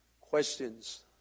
questions